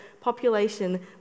population